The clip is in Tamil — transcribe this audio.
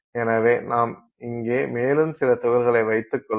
எனவே நாம் இங்கே மேலும் சில துகள்களை வைத்துக் கொள்வோம்